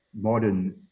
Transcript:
modern